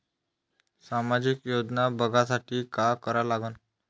सामाजिक योजना बघासाठी का करा लागन?